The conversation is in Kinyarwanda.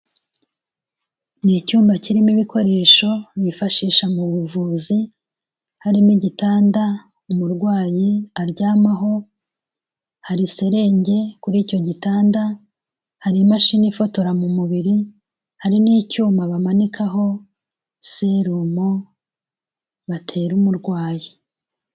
Ni icyumba kirimo ibikoresho bifashisha mu buvuzi harimo igitanda umurwayi aryamaho, hari serenge kuri icyo gitanda, hari imashini ifotora mu mubiri, hari n'icyuma bamanikaho serumu batera umurwayi.